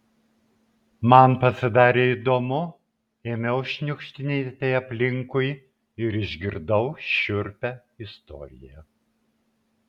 man pasidarė įdomu ėmiau šniukštinėti aplinkui ir išgirdau šiurpią istoriją